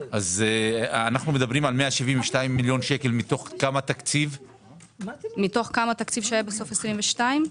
אנו מדברים על 172 מיליון שקל מתוך כמה תקציב שהיה בסוף 22'?